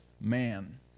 man